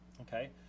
Okay